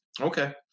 okay